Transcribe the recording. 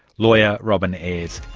lawyer robyn ayres.